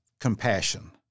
Compassion